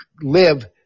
live